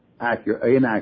inaccurate